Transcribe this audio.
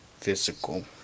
physical